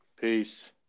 Peace